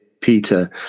Peter